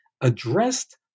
addressed